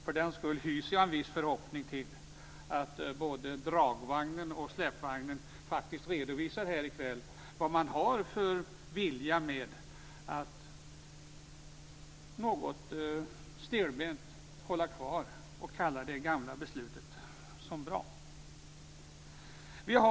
För den skull hyser jag en viss förhoppning om att både dragvagnen och släpvagnen faktiskt redovisar här i kväll vad det är för vilja att något stelbent hålla kvar vid det gamla beslutet och kalla det bra.